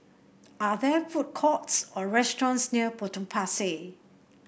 are there food courts or restaurants near Potong Pasir